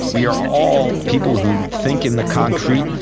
we are all people who think in the concrete,